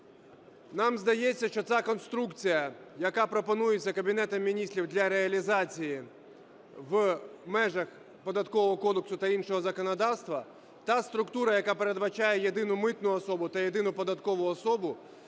нам здається, що ця конструкція, яка пропонується Кабінетом Міністрів для реалізації в межах Податкового кодексу та іншого законодавства, та структура, яка передбачає єдину митну особу та єдину податкову особу,